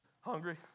Hungry